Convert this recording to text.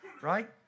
right